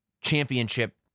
championship